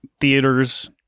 theaters